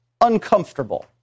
uncomfortable